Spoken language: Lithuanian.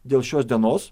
dėl šios dienos